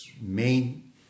main